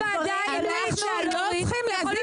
את יכולה לחנך אסירים ביטחוניים?